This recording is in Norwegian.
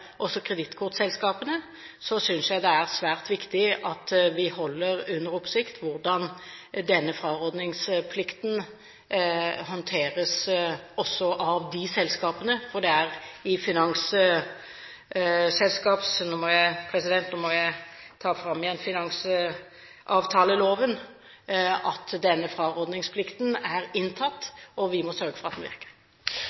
kredittkortselskapene, synes jeg det er svært viktig at vi holder under oppsikt hvordan denne frarådningsplikten håndteres. Det er – nå må jeg ta fram igjen papirene – i finansavtaleloven denne frarådningsplikten er inntatt,